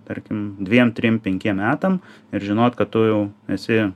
tarkim dviem trim penkiem metam ir žinot kad tu jau esi